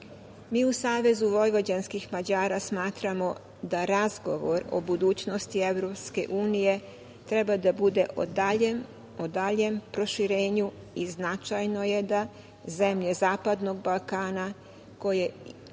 u Savezu vojvođanskih Mađara smatramo da razgovor o budućnosti EU treba da bude o daljem proširenju i značajno je da zemlje zapadnog Balkana koje